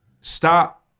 Stop